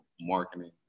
marketing